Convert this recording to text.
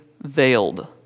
veiled